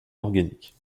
organique